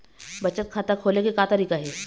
बचत खाता खोले के का तरीका हे?